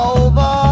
over